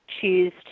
choose